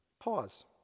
Pause